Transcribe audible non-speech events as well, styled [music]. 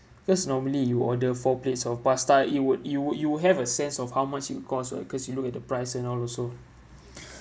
because normally you order four plates of pasta it would you would you would have a sense of how much it'll cost ah because you look at the price and all also [breath]